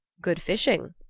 good fishing,